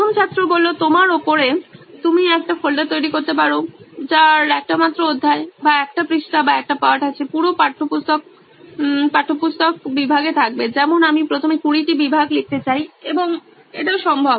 প্রথম ছাত্র তোমার উপরে তুমি একটি ফোল্ডার তৈরি করতে পারো যার একটি মাত্র অধ্যায় বা একটি পৃষ্ঠা বা একটি পাঠ আছে পুরো পাঠ্যপুস্তক পাঠ্যপুস্তক বিভাগে থাকবে যেমন আমি প্রথমে 20 টি বিভাগ লিখতে চাই এবং এটিও সম্ভব